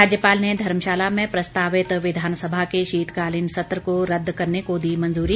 राज्यपाल ने धर्मशाला में प्रस्तावित विधानसभा के शीतकालीन सत्र को रद्द करने को दी मंजूरी